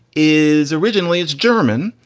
is originally it's german.